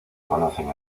conocen